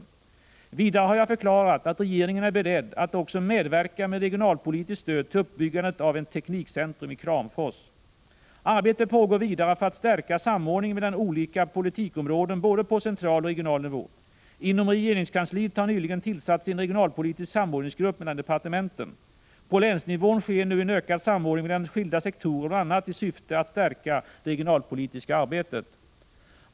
isköpslä Vidare har jag förklarat att regeringen är beredd att också medverka med ESR m.m. Arbete pågår vidare för att stärka samordningen mellan olika politikområden på både central och regional nivå. Inom regeringskansliet har nyligen tillsatts en regionalpolitisk samordningsgrupp mellan departementen. På länsnivån sker nu en ökad samordning mellan skilda sektorer bl.a. i syfte att stärka det regionalpolitiska arbetet.